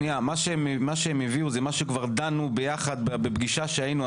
מה שהם הביאו זה מה שכבר דנו ביחד בפגישה שהיינו.